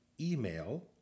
email